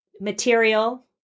material